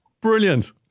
Brilliant